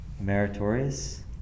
meritorious